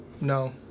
No